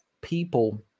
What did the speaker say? people